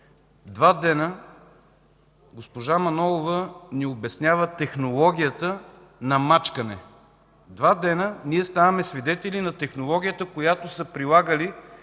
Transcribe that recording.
два дена госпожа Манолова ни обяснява технологията на мачкане. Два дена ние ставаме свидетели на технологията, която са прилагали